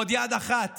בעוד יד אחת